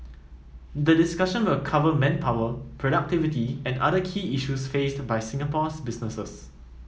the discussion will cover manpower productivity and other key issues faced by Singapore's businesses